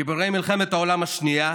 גיבורי מלחמת העולם השנייה,